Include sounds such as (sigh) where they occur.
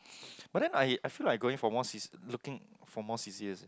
(breath) but then I I feel like going for more looking for more C_C_As